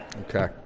Okay